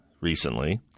recently